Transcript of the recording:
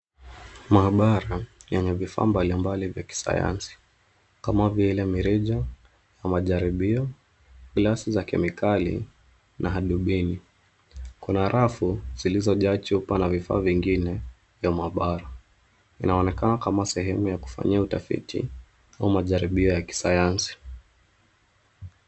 Maabara yenye vifaa mbalimbali vya kisayansi kama vile mirija ya majaribio, gilasi za kemikali na hadhubini. Kuna rafu zilizojaa chupa na vifaa vingine ya maabara. Inaonekana kama sehemu ya kufanyia utafiti au majaribio ya kisayansi.